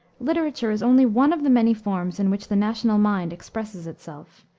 literature is only one of the many forms in which the national mind expresses itself.